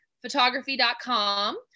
photography.com